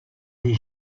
des